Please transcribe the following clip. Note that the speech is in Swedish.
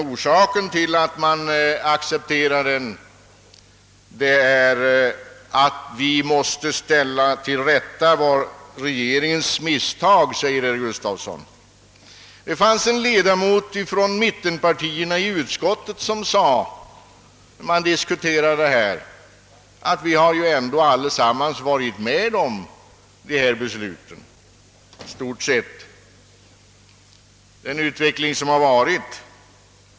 Orsaken till att vi accepterar propositionen är att vi måste ställa regeringens misstag till rätta, framhöll herr Gustafson. Men när utskottet diskuterade dessa frågor, sade en ledamot från mittenpartierna att vi ju i stort sett allesamman har varit med om att fatta alla beslut och medverkat till den utveckling vi haft.